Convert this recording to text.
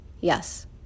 Yes